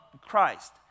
Christ